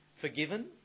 forgiven